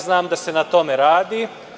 Znam da se na tome radi.